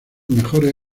mejores